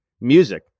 music